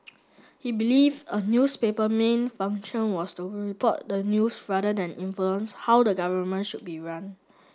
he believed a newspaper's main function was to report the news rather than influence how the government should be run